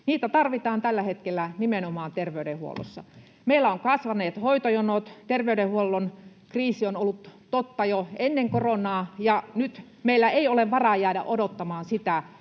Niitä tarvitaan tällä hetkellä nimenomaan terveydenhuollossa. Meillä ovat hoitojonot kasvaneet, terveyshuollon kriisi on ollut totta jo ennen koronaa, ja nyt meillä ei ole varaa jäädä odottamaan sitä,